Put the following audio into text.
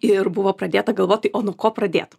ir buvo pradėta galvot tai o nuo ko pradėt